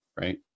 right